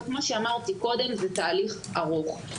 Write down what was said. וכמו שאמרתי קודם זה תהליך ארוך.